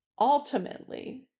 ultimately